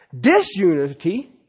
disunity